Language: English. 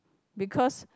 because